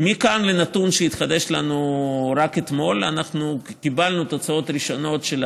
מכאן לנתון שהתחדש לנו רק אתמול: קיבלנו תוצאות ראשונות של